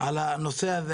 על הנושא הזה,